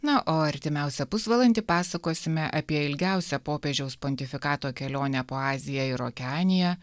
na o artimiausią pusvalandį pasakosime apie ilgiausią popiežiaus pontifikato kelionę po aziją ir okeaniją